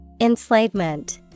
Enslavement